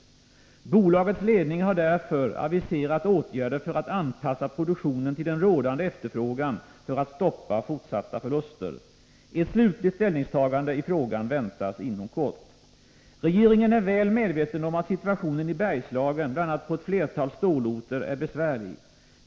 Bolagets ledning har därför aviserat åtgärder för att anpassa produktionen till den rådande efterfrågan för att stoppa fortsatta förluster. Ett slutligt ställningstagande i frågan väntas inom kort. Regeringen är väl medveten om att situationen i Bergslagen, bl.a. på ett flertal stålorter, är besvärlig.